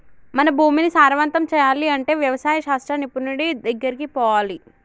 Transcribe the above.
మన భూమిని సారవంతం చేయాలి అంటే వ్యవసాయ శాస్త్ర నిపుణుడి దెగ్గరికి పోవాలి